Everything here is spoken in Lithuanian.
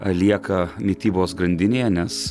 lieka mitybos grandinėje nes